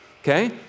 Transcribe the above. okay